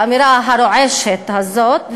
באמירה הרועשת הזאת,